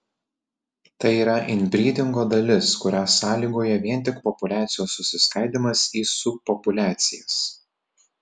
tai yra inbrydingo dalis kurią sąlygoja vien tik populiacijos susiskaidymas į subpopuliacijas